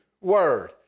word